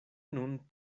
nun